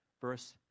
verse